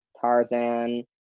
Tarzan